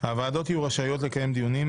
הוועדות יהיו רשאיות לקיים דיונים,